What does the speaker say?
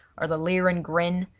or the leering grin,